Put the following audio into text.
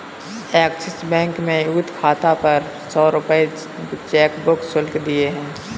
axis bank में youth खाता पर सौ रूपये चेकबुक शुल्क देय है